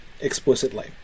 explicitly